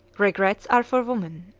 regrets are for women.